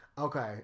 Okay